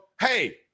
hey